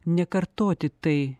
nekartoti tai